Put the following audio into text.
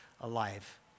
alive